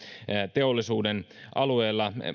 teollisuuden alueilla